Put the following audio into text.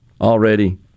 already